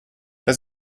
das